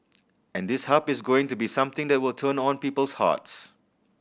and this Hub is going to be something that will turn on people's hearts